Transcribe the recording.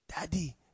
Daddy